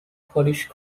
polish